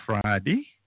Friday